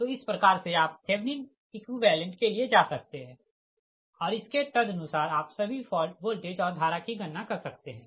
तो इस प्रकार से आप थेवनिन एकुईवेलेंट के लिए जा सकते है और इसके तदनुसार आप सभी फॉल्ट वॉल्टेज और धारा की गणना कर सकते है